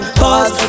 pause